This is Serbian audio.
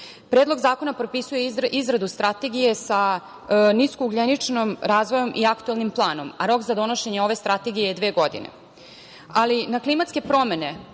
bašte. Predlog zakona propisuje izradu strategije sa nisko-ugljeničnim razvojem i aktuelnim planom, a rok za donošenje ove strategije je dve godine. Na klimatske promene,